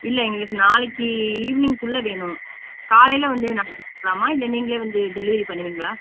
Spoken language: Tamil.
இல்லை எங்களுக்கு நாளைக்கு ஈவினிங்குள்ளே வேணும் காலையிலே வந்து வேணால் எடுத்துக்கலாமா இல்லை நீங்களே வந்து டெலிவரி பண்ணுவீங்களா